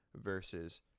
versus